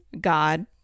God